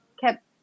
kept